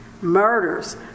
murders